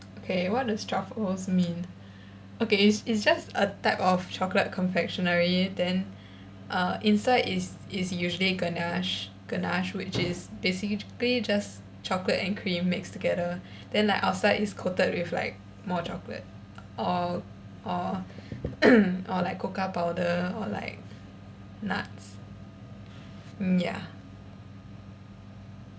okay what does truffles mean okay it's it's just a type of chocolate confectionery then uh inside is is usually ganache ganache which is basically just chocolate and cream mixed together then like outside is coated with like more chocolate or or or like cocoa powder or like nuts mm ya